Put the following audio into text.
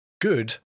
good